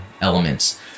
elements